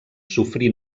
sofrí